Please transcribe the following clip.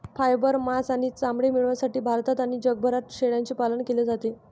fibre, मांस आणि चामडे मिळविण्यासाठी भारतात आणि जगभरात शेळ्यांचे पालन केले जाते